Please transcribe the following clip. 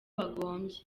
bagombye